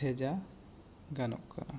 ᱵᱷᱮᱡᱟ ᱜᱟᱱᱚᱜ ᱠᱟᱱᱟ